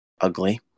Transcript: ugly